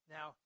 Now